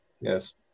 yes